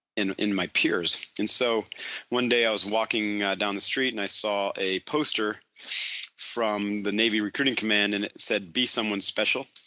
in in my peers and so one day i was walking down the street and i saw a poster from the navy recruiting command and it said be someone special.